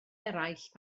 eraill